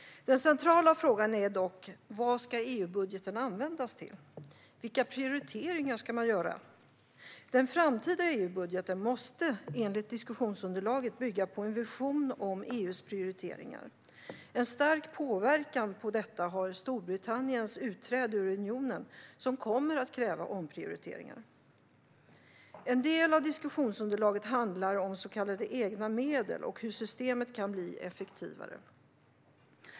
Den centrala frågan är dock vad EU-budgeten ska användas till. Vilka prioriteringar ska man göra? Den framtida EU-budgeten måste enligt diskussionsunderlaget bygga på en vision om EU:s prioriteringar. Storbritanniens utträde ur unionen har en stark påverkan på detta, och det kommer att kräva omprioriteringar. En del av diskussionsunderlaget handlar om så kallade egna medel och hur systemet kan bli effektivare.